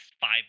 five